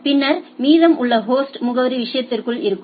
பின்னர் மீதம் உள்ளது ஹோஸ்ட் முகவரி விஷயத்திற்குள் இருக்கும்